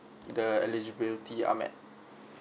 the eligibility are met